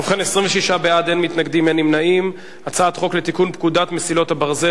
להעביר את הצעת חוק לתיקון פקודת מסילות הברזל